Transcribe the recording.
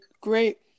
great